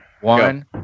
One